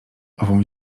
ową